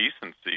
decency